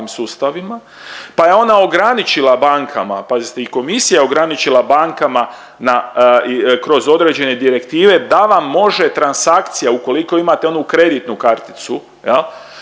pa je ona ograničila banka, pazite i komisija je ograničila bankama na kroz određene direktive, da vam može transakcija ukoliko imate onu kreditnu karticu